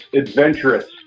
adventurous